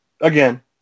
again